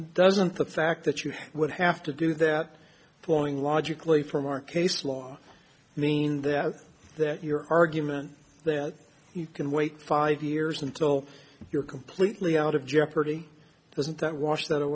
doesn't the fact that you would have to do that throwing logically from our case law means that your argument that you can wait five years until you're completely out of jeopardy doesn't that wash